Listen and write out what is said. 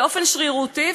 באופן שרירותי,